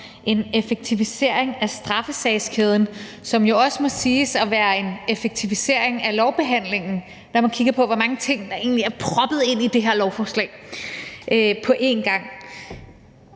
en effektivisering af straffesagskæden, som jo også må siges at være en effektivisering af lovbehandlingen, når man kigger på, hvor mange ting der egentlig er proppet ind i det her lovforslag på en gang.